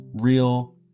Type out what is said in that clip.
real